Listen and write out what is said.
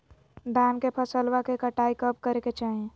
धान के फसलवा के कटाईया कब करे के चाही?